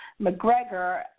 McGregor